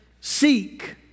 seek